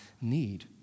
need